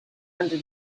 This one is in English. under